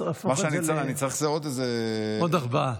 אני צריך עוד איזה, עוד ארבעה.